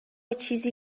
چیزی